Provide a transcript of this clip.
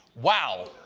wow,